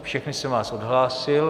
Všechny jsem vás odhlásil.